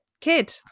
kid